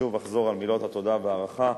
ושוב אחזור על מילות התודה וההערכה